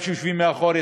שיושבים מאחור,